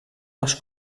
les